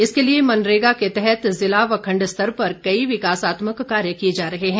इसके लिए मनरेगा के तहत जिला व खण्ड स्तर पर कई विकासात्मक कार्य किए जा रहे हैं